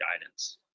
guidance